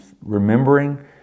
remembering